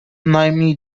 najmniej